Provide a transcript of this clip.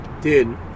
dude